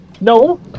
no